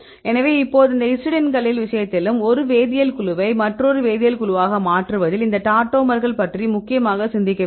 எனவே இப்போது இந்த ஹிஸ்டைடின்களின் விஷயத்திலும் ஒரு வேதியியல் குழுவை மற்றொரு வேதியியல் குழுவாக மாற்றுவதிலும் இந்த டாடோமர்களைப் பற்றி முக்கியமாக சிந்திக்க வேண்டும்